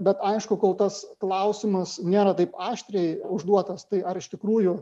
bet aišku kol tas klausimas nėra taip aštriai užduotas tai ar iš tikrųjų